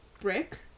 brick